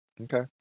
Okay